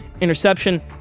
interception